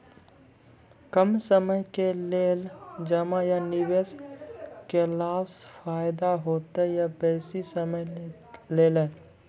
कम समय के लेल जमा या निवेश केलासॅ फायदा हेते या बेसी समय के लेल?